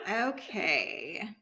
Okay